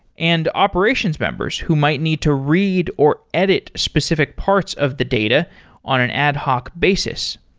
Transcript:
and operations members who might need to read or edit specific parts of the data on an ad-hoc basis.